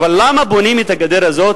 אבל למה בונים את הגדר הזאת